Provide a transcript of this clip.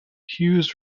hughes